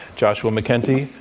joshua mckenty,